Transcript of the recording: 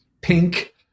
pink